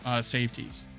safeties